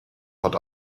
but